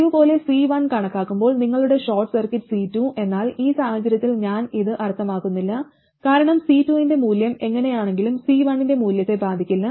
പതിവുപോലെ C1 കണക്കാക്കുമ്പോൾ നിങ്ങളുടെ ഷോർട്ട് സർക്യൂട്ട് C2 എന്നാൽ ഈ സാഹചര്യത്തിൽ ഞാൻ ഇത് അർത്ഥമാക്കുന്നില്ല കാരണം C2 ന്റെ മൂല്യം എങ്ങനെയാണെങ്കിലും C1 ന്റെ മൂല്യത്തെ ബാധിക്കില്ല